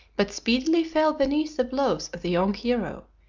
but speedily fell beneath the blows of the young hero,